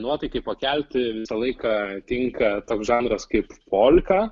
nuotaikai pakelti visą laiką tinka toks žanras kaip polka